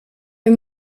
wir